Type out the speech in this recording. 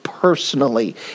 Personally